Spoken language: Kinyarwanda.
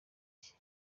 iki